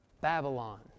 Babylon